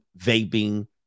vaping